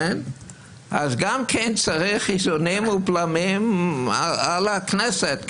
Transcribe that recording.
אז גם כן צריך איזונים ובלמים על הכנסת.